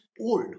old